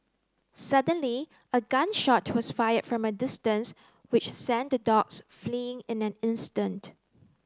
suddenly a gun shot was fired from a distance which sent the dogs fleeing in an instant